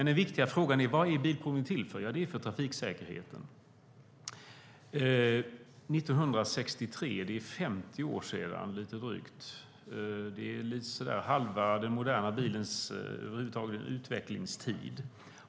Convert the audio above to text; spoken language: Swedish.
Den viktiga frågan är vad bilprovningen är till för. Den är till för trafiksäkerheten. 1963 är lite drygt 50 år sedan och halva den moderna bilens utvecklingstid.